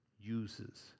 uses